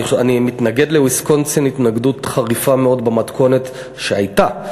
אני מתנגד התנגדות חריפה מאוד לוויסקונסין במתכונת שהייתה,